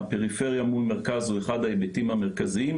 הפריפריה מול המרכז הוא אחד ההיבטים המרכזיים,